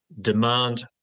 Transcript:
demand